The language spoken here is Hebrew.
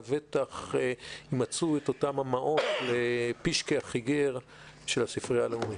לבטח יימצאו אותן המעות ל'פישקה החיגר של הספרייה הלאומית'.